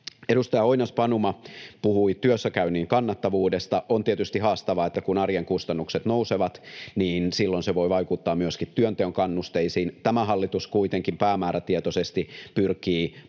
Edustaja Oinas-Panuma puhui työssäkäynnin kannattavuudesta. On tietysti haastavaa, että kun arjen kustannukset nousevat, niin silloin se voi vaikuttaa myöskin työnteon kannusteisiin. Tämä hallitus kuitenkin päämäärätietoisesti pyrkii madaltamaan